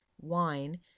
wine